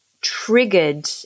triggered